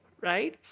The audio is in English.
right